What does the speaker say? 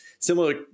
Similar